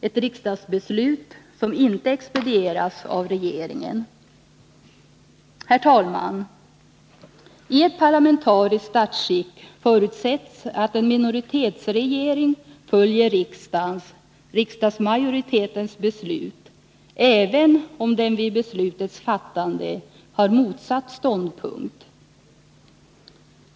Ett riksdagsbeslut har alltså inte expedierats av regeringen. Herr talman! I ett parlamentariskt statsskick förutsätts att en minoritetsregering följer riksdagens, riksdagsmajoritetens beslut, även om den vid beslutets fattande har motsatt ståndpunkt.